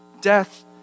Death